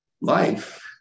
life